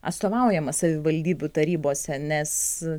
atstovaujamas savivaldybių tarybose nes